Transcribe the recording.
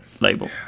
label